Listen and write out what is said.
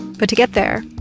but to get there,